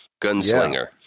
Gunslinger